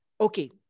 okay